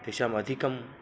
तेषाम् अधिकं